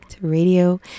Radio